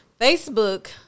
Facebook